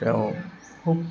তেওঁ খুব